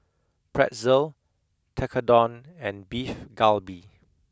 pretzel tekkadon and beef galbi